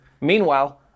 Meanwhile